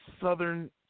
southern